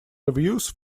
reviews